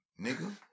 nigga